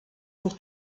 pour